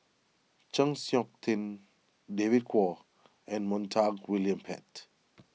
Chng Seok Tin David Kwo and Montague William Pett